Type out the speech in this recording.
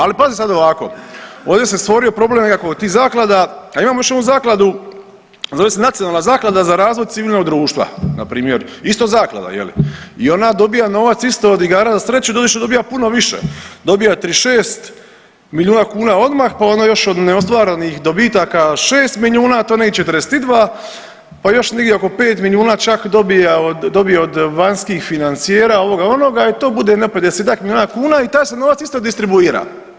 Ali pazi sad ovako, ovdje se stvorio problem nekako oko tih zaklada, a imamo još jednu zakladu zove se Nacionalna zaklada za razvoj civilnog društva npr. isto zaklada je li i ona dobija novac isto od igara za sreću, doduše dobija puno više, dobija 36 milijuna kuna odmah pa onda još od neostvarenih dobitaka 6 milijuna to je nekih 42, pa još negdje oko 5 milijuna čak dobija od, dobija od vanjskih financijera ovoga onoga i to bude jedno 50-ak milijuna kuna i taj se novac isto distribuira.